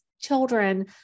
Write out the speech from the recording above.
children